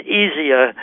easier